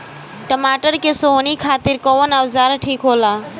टमाटर के सोहनी खातिर कौन औजार ठीक होला?